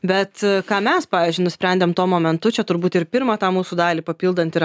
bet ką mes pavyzdžiui nusprendėm tuo momentu čia turbūt ir pirmą tą mūsų dalį papildant ir